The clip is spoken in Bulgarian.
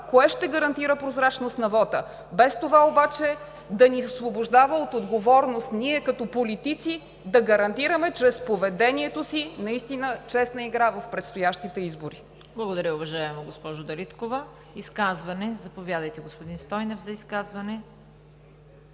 кое ще гарантира прозрачност на вота, без това обаче да ни освобождава от отговорност – ние, като политици, да гарантираме чрез поведението си наистина честна игра в предстоящите избори. ПРЕДСЕДАТЕЛ ЦВЕТА КАРАЯНЧЕВА: Благодаря, уважаема госпожо Дариткова. Изказване – заповядайте, господин Стойнев.